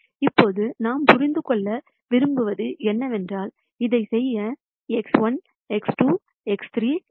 இப்போது நாம் தெரிந்து கொள்ள விரும்புவது என்னவென்றால் இதைச் செய்ய X1 X2 X3 இங்கே இருக்கின்றன